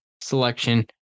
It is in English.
selection